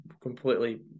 completely